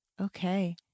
Okay